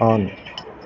on